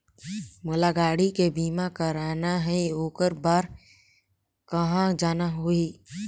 मोला गाड़ी के बीमा कराना हे ओकर बार कहा जाना होही?